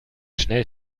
schnell